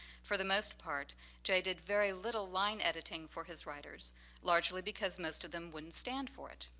for the most part jay did very little line editing for his writers largely because most of them wouldn't stand for it.